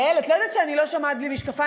יעל, את לא יודעת שאני לא שומעת בלי משקפיים?